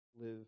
live